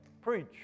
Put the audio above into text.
preach